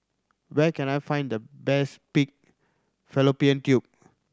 where can I find the best pig fallopian tube